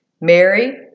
Mary